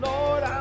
Lord